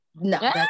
No